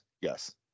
yes